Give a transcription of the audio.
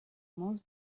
most